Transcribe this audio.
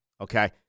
okay